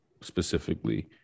specifically